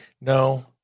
No